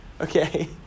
okay